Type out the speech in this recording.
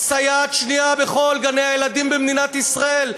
סייעת שנייה בכל גני-הילדים במדינת ישראל,